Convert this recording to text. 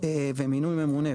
ומינוי ממונה,